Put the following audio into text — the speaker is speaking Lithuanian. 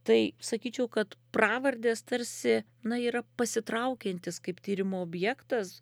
tai sakyčiau kad pravardės tarsi na yra pasitraukiantis kaip tyrimo objektas